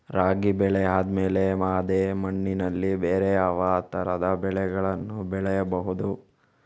ರಾಗಿ ಬೆಳೆ ಆದ್ಮೇಲೆ ಅದೇ ಮಣ್ಣಲ್ಲಿ ಬೇರೆ ಯಾವ ತರದ ಬೆಳೆಗಳನ್ನು ಬೆಳೆಯಬಹುದು?